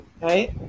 right